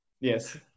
Yes